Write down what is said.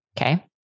okay